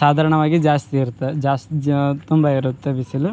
ಸಾಧಾರ್ಣವಾಗಿ ಜಾಸ್ತಿ ಇರ್ತೆ ಜಾಸ್ತಿ ಜ ತುಂಬ ಇರುತ್ತೆ ಬಿಸಿಲು